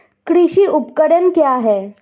कृषि उपकरण क्या है?